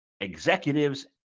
executives